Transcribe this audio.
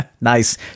nice